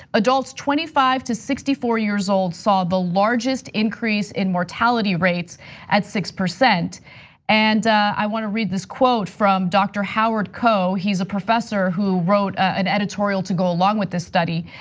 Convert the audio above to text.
adults twenty five to sixty four years old saw the largest increase in mortality rates at six. and i want to read this quote from dr. howard koh. he's a professor who wrote an editorial to go along with this study.